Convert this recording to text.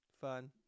fun